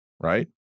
Right